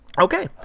Okay